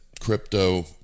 crypto